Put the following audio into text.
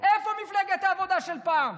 איפה מפלגת העבודה של פעם?